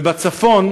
ובצפון,